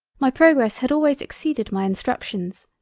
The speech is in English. my progress had always exceeded my instructions,